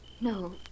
No